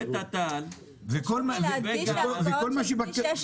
כל מה שביקשנו,